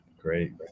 Great